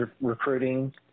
recruiting